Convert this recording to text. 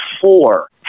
four